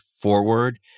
forward